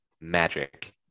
magic